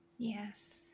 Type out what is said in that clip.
Yes